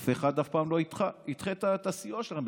אף אחד אף פעם לא ידחה את הסיוע שלכם.